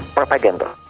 propaganda.